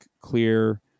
clear